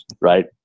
right